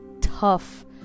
tough